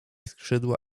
skrzydła